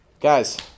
Guys